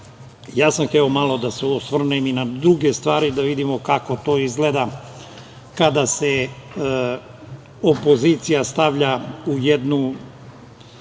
sam hteo malo da se osvrnem na druge stvari, da vidimo kako to izgleda kada se opozicija stavlja u jednu